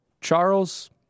charles